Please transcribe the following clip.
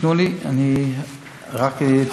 תנו לי, רק התחלתי לענות.